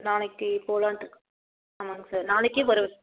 நாளைக்கு போலான்ட்டு இருக்கோம் ஆமாங்க சார் நாளைக்கு ஒரு